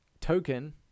token